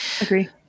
agree